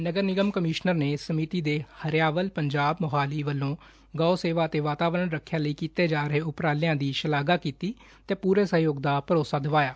ਨਗਰ ਨਿਗਰਮ ਕਮਿਸ਼ਨਰ ਨੇ ਸਮਿਤੀ ਤੇ ਹਰਿਆਵਲ ਪੰਜਾਬ ਮੋਹਾਲੀ ਵਲੋਂ ਗੌ ਸੇਵਾ ਤੇ ਵਾਤਾਵਰਨ ਰੱਖਿਆ ਲਈ ਕੀਤੇ ਜਾ ਰਹੇ ਉਪਰਾਲਿਆਂ ਦੀ ਸ਼ਲਾਘਾ ਕੀਤੀ ਤੇ ਪੁਰੇ ਸਹਿਯੋਗ ਦਾ ਭਰੋਸਾ ਦਵਾਇਆ